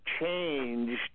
changed